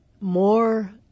more